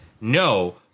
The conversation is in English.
No